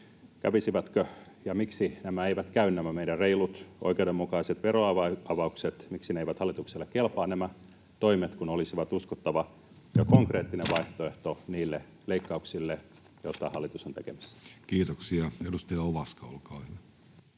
kävisivätkö ja miksi nämä eivät käy meidän reilut oikeudenmukaiset veroavaukset, miksi eivät hallitukselle kelpaa nämä toimet, kun olisivat uskottava ja konkreettinen vaihtoehto niille leikkauksille, joita hallitus on tekemässä? Kiitoksia. — Edustaja Ovaska, olkaa hyvä.